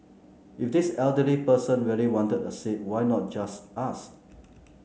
if this elderly person really wanted a seat why not just ask